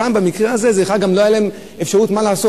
כאן, במקרה הזה, גם לא היתה להם אפשרות, מה לעשות.